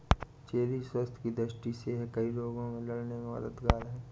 cherry स्वास्थ्य की दृष्टि से यह कई रोगों से लड़ने में मददगार है